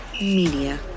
Media